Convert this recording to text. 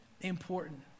important